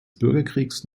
bürgerkriegs